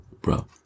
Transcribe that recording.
bro